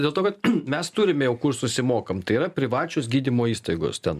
dėl to kad mes turim jau kur susimokam tai yra privačios gydymo įstaigos ten